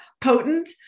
potent